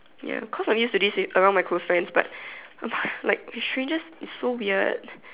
ya cause I'm used to this around my close friends but among like with strangers it's so weird